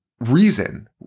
reason